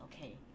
okay